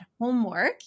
homework